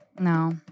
No